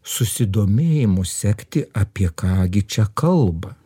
susidomėjimu sekti apie ką gi čia kalba